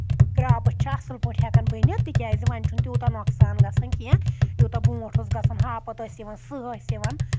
crops چھِ اَصٕل پٲٹھۍ ہؠکان بٔنِتھ تِکیازِ وۄنۍ چھُنہٕ توٗتاہ نۄقصان گژھان کینٛہہ یوٗتاہ برونٛٹھ اوس گژھان ہاپت ٲسۍ یِوان سٔہہ ٲسۍ یِوان